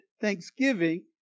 thanksgiving